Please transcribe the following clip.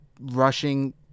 rushing